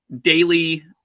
daily